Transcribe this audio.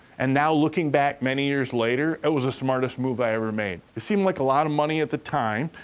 and now, looking back, many years later, it was the smartest move i ever made. it seemed like a lot of money at the time,